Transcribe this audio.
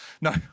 No